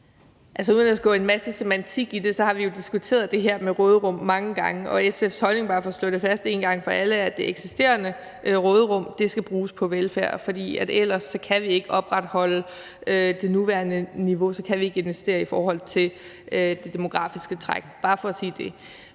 skal gå en masse semantik i det, har vi jo diskuteret det her med råderum mange gange, og SF's holdning, bare for at slå det fast en gang for alle, er, at det eksisterende råderum skal bruges på velfærd, for ellers kan vi ikke opretholde det nuværende niveau, og så kan vi ikke investere i forhold til det demografiske træk. Det er bare for at sige det.